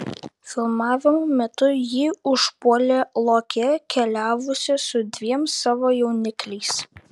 filmavimo metu jį užpuolė lokė keliavusi su dviem savo jaunikliais